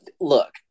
Look